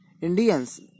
Indians